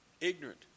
ignorant